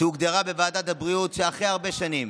שהוגדרה כוועדת הבריאות, שאחרי הרבה שנים,